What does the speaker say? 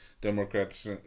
Democrats